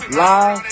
live